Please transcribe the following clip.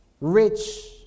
rich